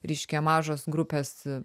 reiškia mažos grupes